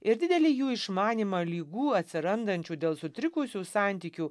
ir didelį jų išmanymą ligų atsirandančių dėl sutrikusių santykių